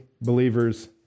believers